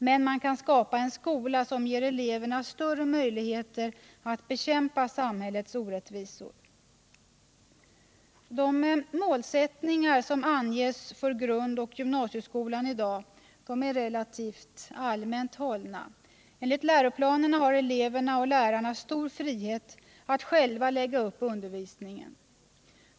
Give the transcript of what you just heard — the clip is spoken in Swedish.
Men man kan skapa en skola som ger eleverna större möjligheter att bekämpa samhällets orättvisor. De målsättningar som anges för grundoch gymnasieskolan i dag är relativt allmänt hållna. Enligt läroplanerna har eleverna och lärarna stor frihet att själva lägga upp undervisningen.